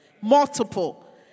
multiple